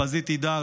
פזית תדהר,